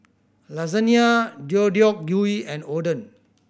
Lasagna Deodeok Gui and Oden